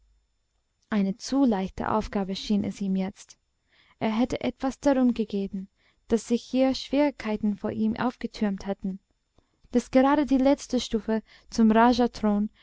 eine zu leichte aufgabe schien es ihm jetzt er hätte etwas darum gegeben daß sich hier schwierigkeiten vor ihm aufgetürmt hätten daß gerade die letzte stufe zum